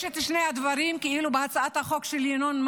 יש את שני הדברים בהצעת החוק של ינון,